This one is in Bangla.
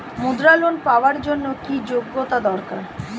মুদ্রা লোন পাওয়ার জন্য কি যোগ্যতা দরকার?